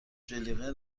جلیقه